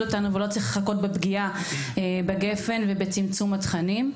אותנו ולא צריך לחכות לפגיעה בגפ"ן ובצמצום התכנים.